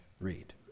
read